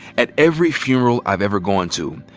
at every funeral i've ever gone to,